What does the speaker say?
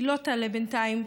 היא לא תעלה בינתיים,